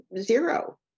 zero